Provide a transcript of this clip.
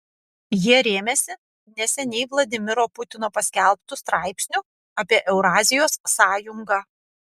jie rėmėsi neseniai vladimiro putino paskelbtu straipsniu apie eurazijos sąjungą